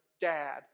Dad